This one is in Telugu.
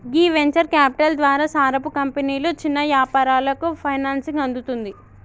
గీ వెంచర్ క్యాపిటల్ ద్వారా సారపు కంపెనీలు చిన్న యాపారాలకు ఫైనాన్సింగ్ అందుతుంది